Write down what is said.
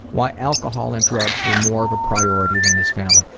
why alcohol and drugs were more of a priority than his family.